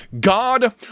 God